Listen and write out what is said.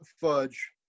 Fudge